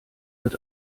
wird